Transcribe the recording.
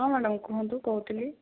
ହଁ ମ୍ୟାଡମ୍ କୁହନ୍ତୁ କହୁଥିଲି